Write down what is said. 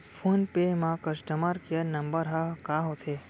Phone पे म customer care number ह का होथे?